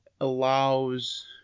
allows